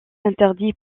interdit